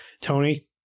Tony